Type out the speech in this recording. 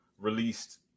released